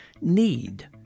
need